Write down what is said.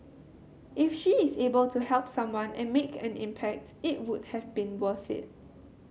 if she is able to help someone and make an impact it would have been worth it